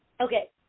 Okay